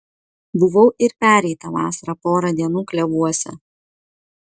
buvau ir pereitą vasarą porą dienų klevuose